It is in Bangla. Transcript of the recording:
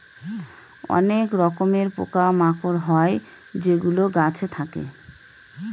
অনেক রকমের পোকা মাকড় হয় যেগুলো গাছে থাকে